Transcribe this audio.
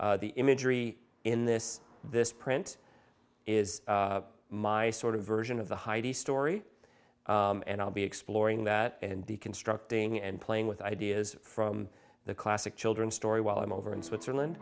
ibex the imagery in this this print is my sort of version of the heidi story and i'll be exploring that and deconstructing and playing with ideas from the classic children's story while i'm over in switzerland